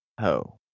ho